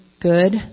good